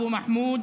אבו מחמוד,